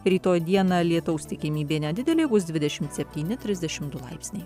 rytoj dieną lietaus tikimybė nedidelė bus dvidešim septyni trisdešim du laipsniai